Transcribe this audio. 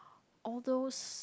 all those